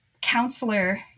counselor